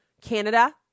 Canada